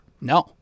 No